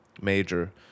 major